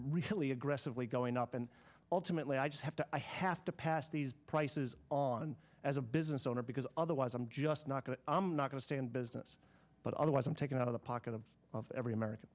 really aggressively going up and ultimately i just have to i have to pass these prices on the business owner because otherwise i'm just not going to i'm not going to stay in business but otherwise i'm taking out of the pocket of every american